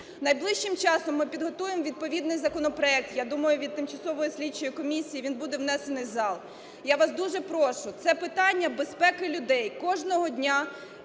Найближчим часом ми підготуємо відповідний законопроект, я думаю, від Тимчасової слідчої комісії він буде внесений в зал. Я вас дуже прошу, це питання безпеки людей, кожного дня